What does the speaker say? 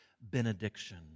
benediction